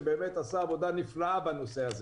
שבאמת עשה עבודה נפלאה בנושא הזה.